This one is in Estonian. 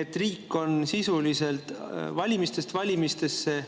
et riik on sisuliselt valimistest valimistesse